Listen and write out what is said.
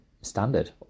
standard